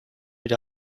with